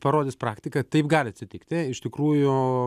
parodys praktika taip gali atsitikti iš tikrųjų